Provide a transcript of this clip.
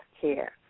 care